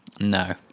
No